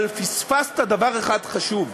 אבל פספסת דבר אחד חשוב: